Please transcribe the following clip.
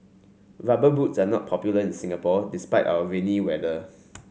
rubber boots are not popular in Singapore despite our rainy weather